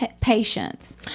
patience